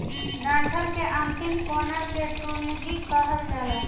डंठल के अंतिम कोना के टुनगी कहल जाला